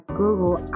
google